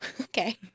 okay